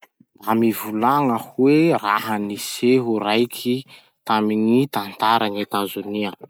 Mba mivolagna hoe raha-niseho raiky tamy gny tantara gn'Etazonia?